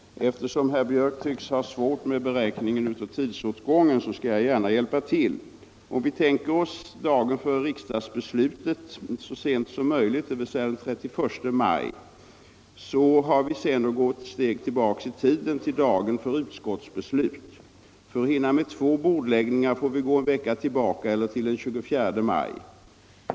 Herr talman! Eftersom herr Björck i Nässjö tycks ha svårt med beräkningen av tidsåtgången, skall jag gärna hjälpa till. Om vi tänker oss dagen för riksdagsbeslutet så sent som möjligt, dvs. den 31 maj, har vi sedan att gå ett steg tillbaka i tiden till dagen för utskottsbeslut. För att två bordläggningar skall medhinnas får vi gå en vecka tillbaka eller till den 24 maj.